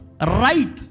right